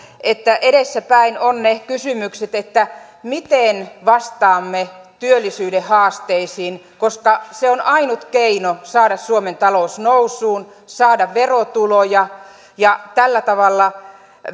että edessäpäin ovat ne kysymykset miten vastaamme työllisyyden haasteisiin koska se on ainut keino saada suomen talous nousuun saada verotuloja ja tällä tavalla